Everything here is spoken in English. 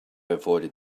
avoided